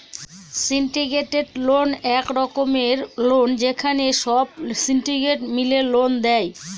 syndicated loan এক রকমের loan যেখানে সব সিন্ডিকেট মিলে লোন দেয়